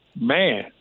Man